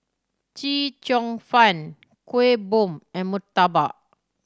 Chee Cheong Fun Kuih Bom and murtabak